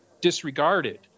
disregarded